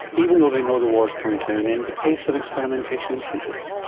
even though they know the war is coming to an end, the pace of experimentation increases?